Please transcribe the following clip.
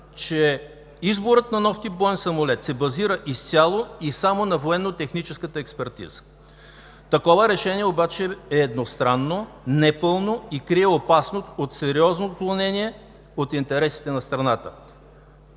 че изборът на нов тип боен самолет се базира изцяло и само на военнотехническата експертиза. Такова решение обаче е едностранно, непълно и крие опасност от сериозно отклонение от интересите на страната,